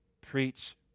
preach